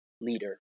leader